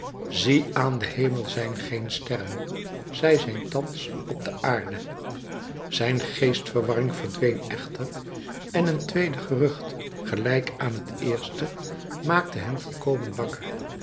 zie aan den hemel zijn geen sterren zij zijn thans op de aarde zijn geestverwarring verdween echter en een tweede gerucht gelijk aan het eerste maakte hem volkomen wakker